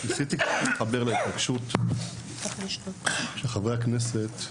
ניסיתי להתחבר להתרגשות של חברי הכנסת,